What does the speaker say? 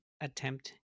attempt